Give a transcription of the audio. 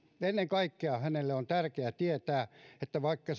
ennen kaikkea hänelle on tärkeää tietää että vaikka